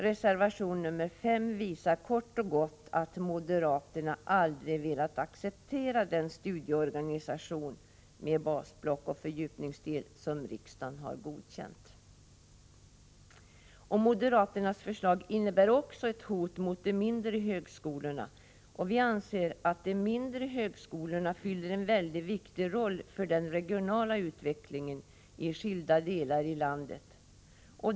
Reservation nr 5 visar kort och gott att moderaterna aldrig velat acceptera den studieorganisation med basblock och fördjupningsdel som riksdagen godkänt. Moderaternas förslag innebär också ett hot mot de mindre högskolorna. Vi anser att de mindre högskolorna fyller en viktig funktion för den regionala utvecklingen i skilda delar av landet.